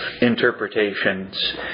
interpretations